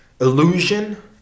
illusion